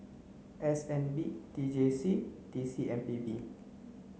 S N B T J C T C M P B